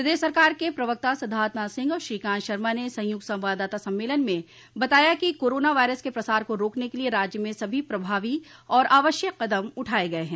प्रदेश सरकार के प्रवक्ता सिद्धार्थनाथ सिंह और श्रीकांत शर्मा ने संयुक्त संवाददाता सम्मेलन में बताया कि कोरोना वायरस के प्रसार को रोकने के लिए राज्य में सभी प्रभावी और आवश्यक कदम उठाये गये हैं